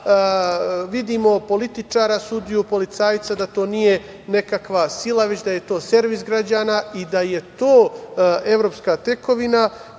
kada vidimo političara, sudiju, policajca da to nije nekakva sila, već da je servis građana i da je to evropska tekovina